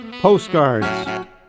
Postcards